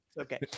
Okay